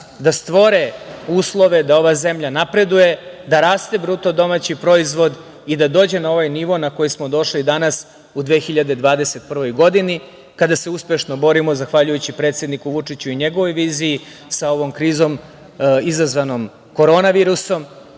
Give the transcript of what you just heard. da stvore uslove da ova zemlja napreduje, da raste bruto domaći proizvod i da dođe na ovaj nivo na koji smo došli danas u 2021. godini, kada se uspešno borimo zahvaljujući predsedniku Vučiću i njegovoj viziji sa ovom krizom izazvanom korona virusom,